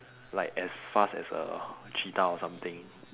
like as fast as a cheetah or something